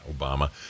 Obama